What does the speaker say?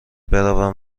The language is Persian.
بروم